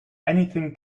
anything